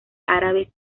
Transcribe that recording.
árabes